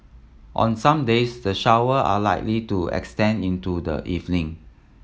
on some days the shower are likely to extend into the evening